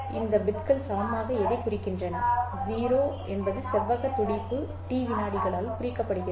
இந்த பிட்கள் சமமாக எதைக் குறிக்கின்றன 0 என்பது செவ்வக துடிப்பு T விநாடிகளால் குறிக்கப்படுகிறது